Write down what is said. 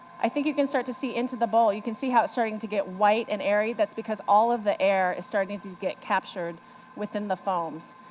i think you can start to see into the bowl, you can see how it's starting to get white and airy, that's because all of the air is starting to captured within the foams.